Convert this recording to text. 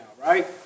right